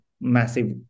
massive